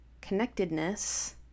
connectedness